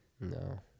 No